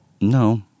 No